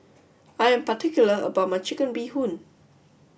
I am particular about my Chicken Bee Hoon